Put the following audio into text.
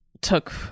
took